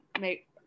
make